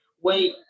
Wait